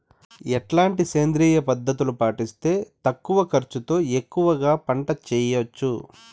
ఎట్లాంటి సేంద్రియ పద్ధతులు పాటిస్తే తక్కువ ఖర్చు తో ఎక్కువగా పంట చేయొచ్చు?